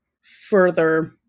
further